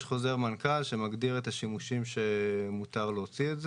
יש חוזר מנכ"ל שמגדיר את השימושים שמותר להוציא את זה,